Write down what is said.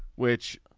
which